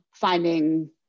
finding